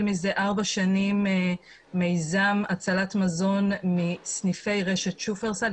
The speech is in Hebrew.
מזה ארבע שנים מיזם הצלת מזון מסניפי רשת שופרסל,